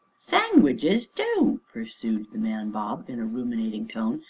sang-widges, too! pursued the man bob, in a ruminating tone,